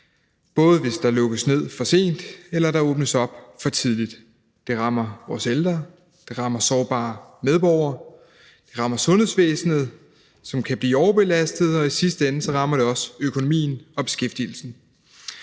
enten hvis der lukkes ned for sent eller der åbnes op for tidligt. Det rammer vores ældre, det rammer sårbare medborgere, det rammer sundhedsvæsenet, som kan blive overbelastet, og i sidste ende rammer det også økonomien og beskæftigelsen.